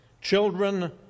Children